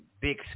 big